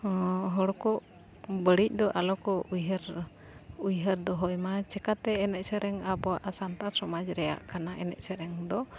ᱦᱚᱲ ᱠᱚ ᱵᱟᱹᱲᱤᱡ ᱫᱚ ᱟᱞᱚᱠᱚ ᱩᱭᱦᱟᱹᱨ ᱩᱭᱦᱟᱹᱨ ᱫᱚᱦᱚᱭᱢᱟ ᱪᱤᱠᱟᱹᱛᱮ ᱮᱱᱮᱡ ᱥᱮᱨᱮᱧ ᱟᱵᱚᱣᱟᱜ ᱥᱟᱱᱛᱟᱲ ᱥᱚᱢᱟᱡᱽ ᱨᱮᱭᱟᱜ ᱠᱟᱱᱟ ᱮᱱᱮᱡ ᱥᱮᱨᱮᱧ ᱫᱚ